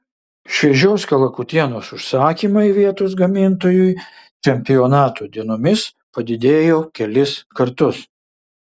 šviežios kalakutienos užsakymai vietos gamintojui čempionato dienomis padidėjo kelis kartus